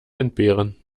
entbehren